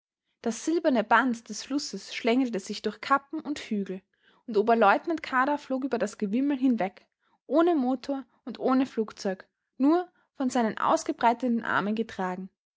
das silberne band des flusses schlängelte sich durch kappen und hügel und oberleutnant kadar flog über das gewimmel hinweg ohne motor und ohne flugzeug nur von seinen ausgebreiteten armen getragen